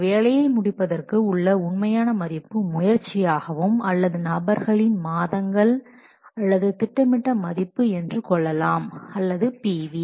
ஒரு வேலையை முடிப்பதற்கு உள்ள உண்மையான மதிப்பு முயற்சியாகவும் அல்லது நபர்களின் மாதங்கள் அல்லது திட்டமிட்ட மதிப்பு என்றும் கொள்ளலாம் அல்லது PV